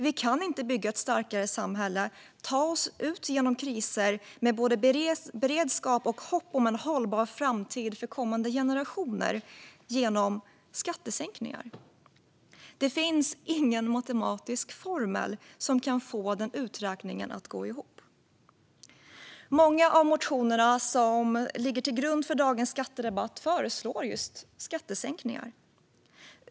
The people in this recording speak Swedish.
Vi kan inte bygga ett starkare samhälle och ta oss ur kriser med både beredskap och hopp om en hållbar framtid för kommande generationer genom skattesänkningar. Det finns ingen matematisk formel som kan få den uträkningen att gå ihop. I många av motionerna som ligger till grund för dagens skattedebatt föreslår man just skattesänkningar.